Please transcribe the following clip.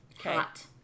Hot